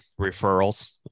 referrals